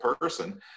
person